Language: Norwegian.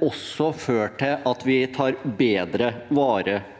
og som også vil føre til at vi tar bedre vare